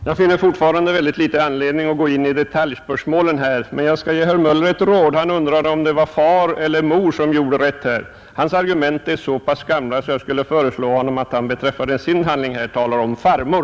Herr talman! Jag finner fortfarande väldigt liten anledning att gå in på detaljspörsmålen, men jag skall ge herr Möller i Göteborg ett råd. Han tvekade om huruvida det var far eller mor som gjorde rätt. Hans argument är så pass gamla att jag föreslår att han talar om farmor.